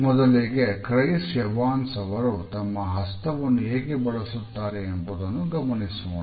ಮೊದಲಿಗೆ Chris Evans ಅವರು ತಮ್ಮ ಹಸ್ತವನ್ನು ಹೇಗೆ ಬಳಸುತ್ತಾರೆ ಎಂಬುದನ್ನು ಗಮನಿಸೋಣ